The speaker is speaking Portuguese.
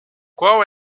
qual